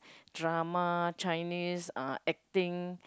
drama Chinese uh acting